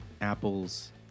Apple's